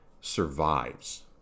survives